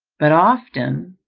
but often,